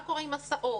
מה קורה עם הסעות.